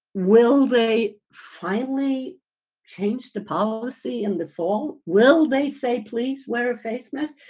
will they finally change the policy in the fall? will they say, please? where effacement.